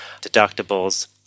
deductibles